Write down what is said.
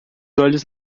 olhos